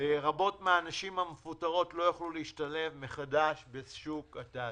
רבות מהנשים המפוטרות לא יוכלו להשתלב מחדש בשוק התעסוקה,